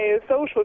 social